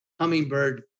hummingbird